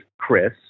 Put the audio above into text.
Chris